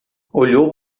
olhou